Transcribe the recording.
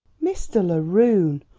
mr. laroon!